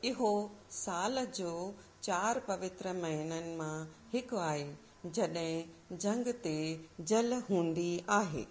इहो साल जो चारि पवित्र महीननि मां हिकु आहे जॾहिं जंगि ते झल हूंदी आहे